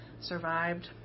survived